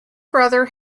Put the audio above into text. brother